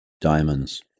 diamonds